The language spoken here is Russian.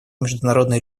международный